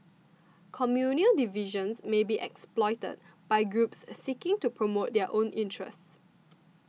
communal divisions may be exploited by groups seeking to promote their own interests